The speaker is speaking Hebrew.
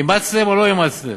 אימצתם או לא אימצתם?